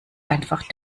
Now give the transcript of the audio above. einfach